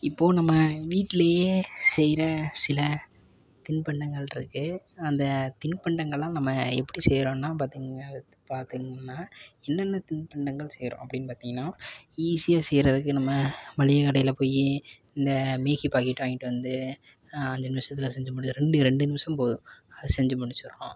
இப்போது நம்ம வீட்டிலையே செய்கிற சில தின்பண்டங்களிருக்கு அந்த தின்பண்டங்களெலாம் நம்ம எப்படி செய்கிறோன்னா பார்த்தீங்கன்னா அதுத்து பார்த்தீங்கன்னா என்னென்ன தின்பண்டங்கள் செய்கிறோம் அப்படின்னு பார்த்தீங்கன்னா ஈஸியாக செய்கிறதுக்கு நம்ம மளிகை கடையில் போய் இந்த மேகி பாக்கெட் வாங்கிட்டு வந்து அஞ்சு நிமிஷத்துல செஞ்சு முடிச்சிரும் ரெண்டு ரெண்டு நிமிஷம் போதும் அது செஞ்சு முடிச்சிரும்